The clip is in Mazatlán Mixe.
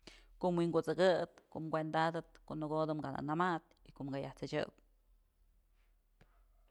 Ko'o wi'in kut'sëbëb ko'o kuenda'atëp ko'o nëkodë kë nëmadë y ko'o ka yaj t'sëchëb.